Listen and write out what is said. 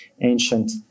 ancient